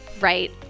right